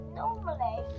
normally